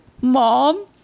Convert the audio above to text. mom